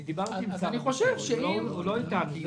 אני דיברתי עם שר הביטחון, הוא לא איתנו.